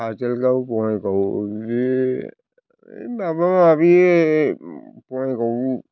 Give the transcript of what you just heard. काजलगाव बङाइगाव बे माबा माबि बङाइगावआव